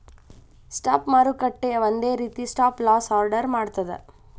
stop ಮಾರುಕಟ್ಟೆ ಒಂದ ರೇತಿ ಸ್ಟಾಪ್ ಲಾಸ್ ಆರ್ಡರ್ ಮಾಡ್ತದ